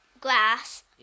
grass